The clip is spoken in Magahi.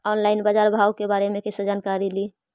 ऑनलाइन बाजार भाव के बारे मे कैसे जानकारी ली?